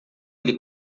ele